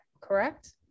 correct